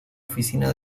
oficina